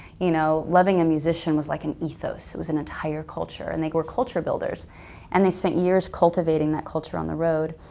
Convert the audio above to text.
you know, loving a musician was like an ethos. it was an entire culture and they were culture builders and they spent years cultivating that culture on the road.